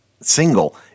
single